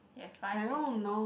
you have five seconds